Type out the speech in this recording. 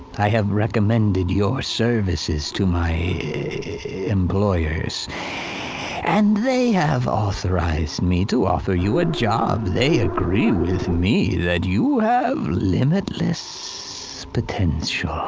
i have recommended your services to my employers and they have authorized me to offer you a job. they agree with me that you have limitless potential.